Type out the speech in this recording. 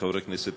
בעזה היה הרג,